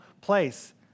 place